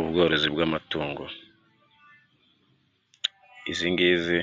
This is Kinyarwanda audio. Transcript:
Ubworozi bw'amatungo. Izi ngizi